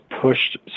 pushed